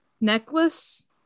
necklace